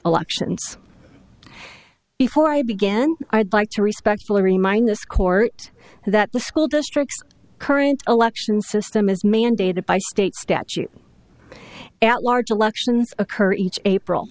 elections before i began i'd like to respect fillery minus court that the school districts current election system is mandated by state statute at large elections occur each april